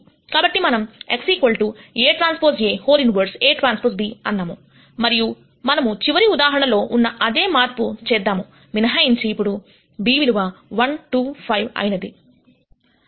కాబట్టి మనము x Aᵀ A 1 Aᵀ b అన్నాము మరియు మనము చివరి ఉదాహరణలో ఉన్న అదే మార్పు చేద్దాము మినహాయించి ఇప్పుడు b విలువ 1 2 5 అయినది